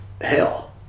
hell